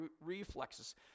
reflexes